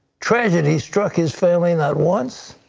tragedy struck his family not once,